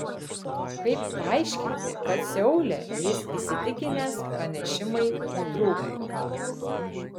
kaip paaiškinti kad seule jis įsitikinęs pranešimai nutrūktų